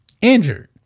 injured